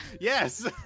Yes